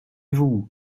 vous